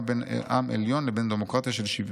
בין עם עליון לבין דמוקרטיה של שוויון.